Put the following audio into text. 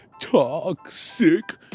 toxic